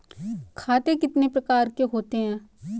खाते कितने प्रकार के होते हैं?